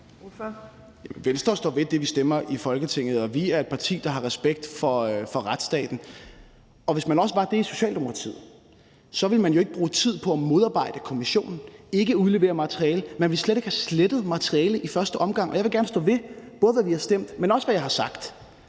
Venstre står ved det, vi stemmer i Folketinget, og vi er et parti, der har respekt for retsstaten, og hvis man også var det i Socialdemokratiet, ville man jo ikke bruge tid på at modarbejde kommissionen og ikke udlevere materiale. Man ville slet ikke have slettet materialet i første omgang. Jeg vil gerne stå ved, både hvad vi har stemt, men også hvad jeg har sagt.